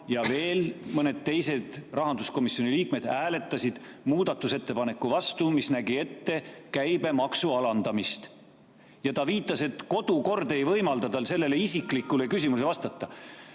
ja veel mõned rahanduskomisjoni liikmed hääletasid muudatusettepaneku vastu, mis nägi ette käibemaksu alandamist. Ta viitas, et kodukord ei võimalda tal sellele isiklikule küsimusele vastata.